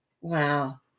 Wow